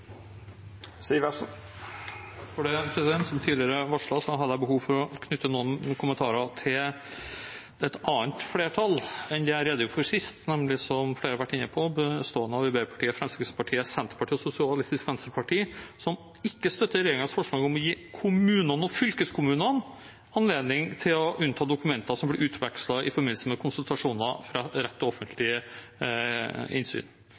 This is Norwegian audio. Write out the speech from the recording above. Som tidligere varslet har jeg behov for å knytte noen kommentarer til et annet flertall enn det jeg redegjorde for sist – nemlig det som flere har vært inne på – bestående av Arbeiderpartiet, Fremskrittspartiet, Senterpartiet og SV, som ikke støtter regjeringens forslag om å gi kommunene og fylkeskommunene anledning til å unnta dokumenter som blir utvekslet i forbindelse med konsultasjoner, fra rett til offentlige innsyn.